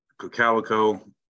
Cocalico